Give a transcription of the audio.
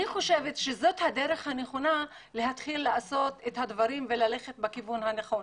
זאת הדרך הנכונה להתחיל לעשות את הדברים וללכת בכיוון הנכון,